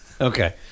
Okay